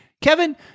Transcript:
Kevin